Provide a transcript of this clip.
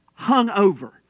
hungover